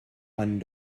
one